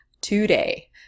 today